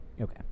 Okay